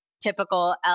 typical